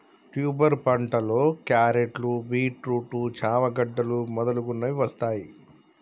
tuber పంటలో క్యారెట్లు, beetroot, చామ గడ్డలు మొదలగునవి వస్తాయ్